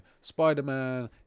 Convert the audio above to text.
spider-man